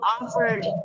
offered